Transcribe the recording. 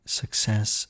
success